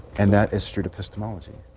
and that is street epistemology.